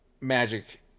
magic